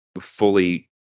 fully